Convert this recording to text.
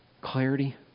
clarity